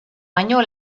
año